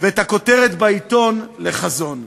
ואת הכותרת בעיתון לחזון.